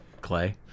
Clay